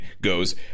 goes